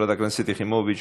חברת הכנסת יחימוביץ,